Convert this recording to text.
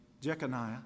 Jeconiah